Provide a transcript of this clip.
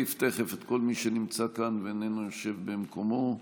תכף את כל מי שנמצא כאן ואיננו יושב במקומו.